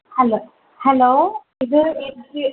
hello hello ഇത്